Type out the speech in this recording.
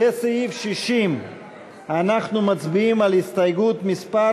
אנחנו מצביעים על הסתייגות מס'